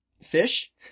Fish